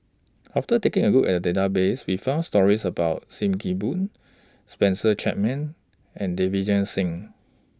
after taking A Look At The Database We found stories about SIM Kee Boon Spencer Chapman and Singh